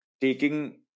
taking